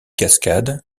cascade